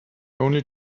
only